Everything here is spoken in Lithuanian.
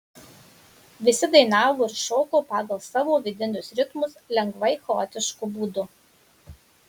visi dainavo ir šoko pagal savo vidinius ritmus lengvai chaotišku būdu